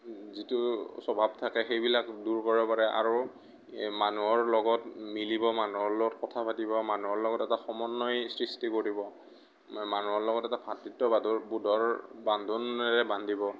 যিটো স্বভাৱ থাকে সেইবিলাক দূৰ কৰাব পাৰে আৰু মানুহৰ লগত মিলিব মানুহৰ লগত কথা পাতিব মানুহৰ লগত এটা সমন্বয় সৃষ্টি কৰিব মানুহৰ লগত এটা ভাতৃত্ববাদৰ বোধৰ বান্ধোনেৰে বান্ধিব